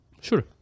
Sure